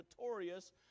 notorious